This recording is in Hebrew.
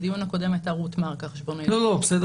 בדיון הקודם הייתה רות מרק החשבונאית הראשית.